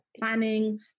planning